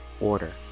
order